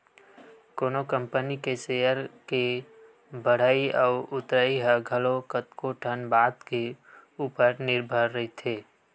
कोनो कंपनी के सेयर के बड़हई अउ उतरई ह घलो कतको ठन बात के ऊपर निरभर रहिथे